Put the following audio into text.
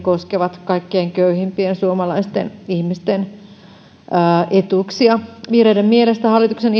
se koskee kaikkein köyhimpien suomalaisten ihmisten etuuksia vihreiden mielestä hallituksen